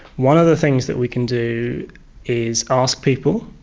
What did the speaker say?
one of the things that we can do is ask people.